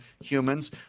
humans